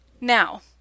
Now